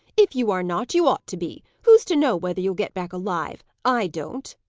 if you are not, you ought to be. who's to know whether you'll get back alive? i don't.